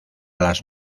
las